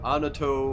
Anato